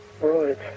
Right